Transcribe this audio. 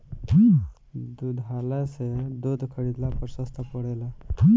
दुग्धालय से दूध खरीदला पर सस्ता पड़ेला?